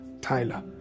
Tyler